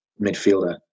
midfielder